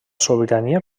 sobirania